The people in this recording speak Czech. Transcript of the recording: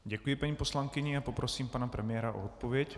Děkuji paní poslankyni a poprosím pana premiéra o odpověď.